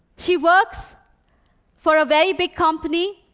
she works for a very big company,